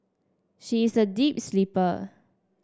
she is a deep sleeper